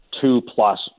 two-plus